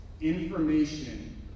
information